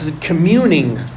communing